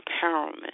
empowerment